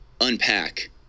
unpack